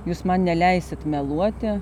jūs man neleisit meluoti